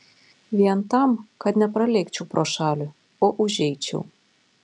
vien tam kad nepralėkčiau pro šalį o užeičiau